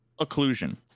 occlusion